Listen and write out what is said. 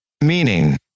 Meaning